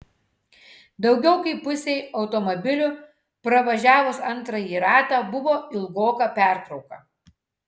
daugiau kaip pusei automobilių pravažiavus antrąjį ratą buvo ilgoka pertrauka